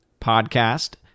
podcast